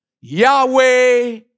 Yahweh